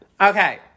okay